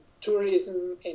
tourism